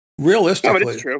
realistically